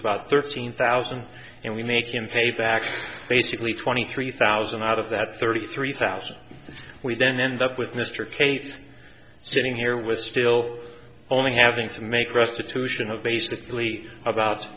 about thirteen thousand and we make him pay back basically twenty three thousand out of that thirty three thousand we then end up with mr cape sitting here with still only having to make restitution of basically about